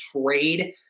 trade